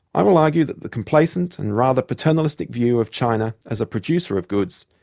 um um argue that the complacent and rather paternalistic view of china as a producer of goods,